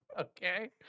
Okay